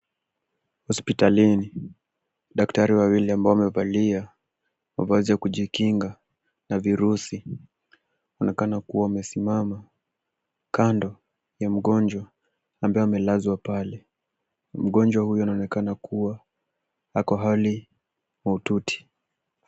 Hospitalini, madktari wawili ambao wamevalia mavazi ya kujinga na firusi wanaonekana wamesimama kando ya mgonjwa ambaye amelazwa pale. Mgonjwa huyo anaonekana kuwa ako hali mahututi.